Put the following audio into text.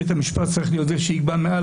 בית המשפט צריך להיות זה שיקבע מעל